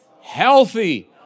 healthy